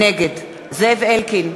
נגד זאב אלקין,